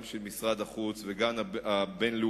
גם של משרד החוץ וגם הבין-לאומיות,